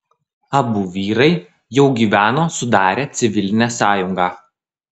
abu vyrai jau gyveno sudarę civilinę sąjungą